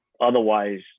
otherwise